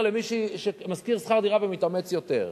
למישהו שגר בשכר דירה ומתאמץ יותר.